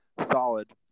solid